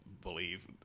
believe